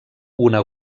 una